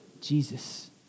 Jesus